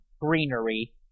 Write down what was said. greenery